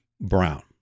Brown